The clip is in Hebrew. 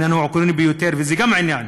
העניין הוא עקרוני ביותר, וזה גם העניין,